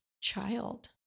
child